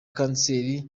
kanseri